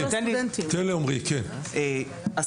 עמרי, בבקשה.